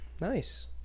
Nice